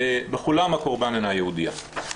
בכולם הקורבן אינה יהודייה.